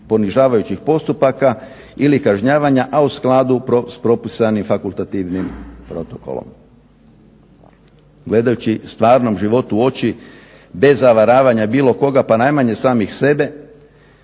ponižavajućih postupaka ili kažnjavanja, a u skladu s propisanim fakultativnim protokolom. Gledajući stvarnom životu u oči bez zavaravanja bilo koga pa najmanje samih sebe